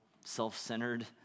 self-centered